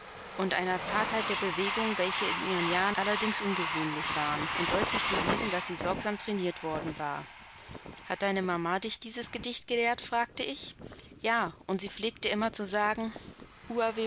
und einer zartheit der bewegungen welche in ihren jahren allerdings ungewöhnlich waren und deutlich bewiesen daß sie sorgsam trainiert worden war hat deine mama dich dieses gedicht gelehrt fragte ich ja und sie pflegte immer so zu sagen